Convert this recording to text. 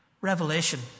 Revelation